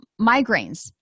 migraines